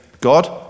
God